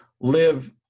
live